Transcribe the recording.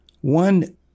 One